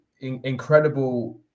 incredible